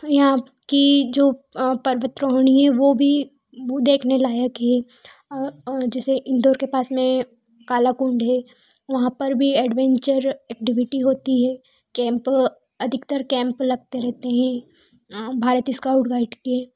यहाँ की जो पर्वतरोहणी है वो भी वो देखने लायक है जैसे इंदौर के पास में कालाकुंड है वहाँ पर भी ऐडवेंचर एक्टिविटी होती है केंप अधिकतर कैंप लगते रहते हैं भारत इस्काउट गाइड के